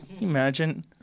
imagine